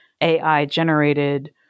AI-generated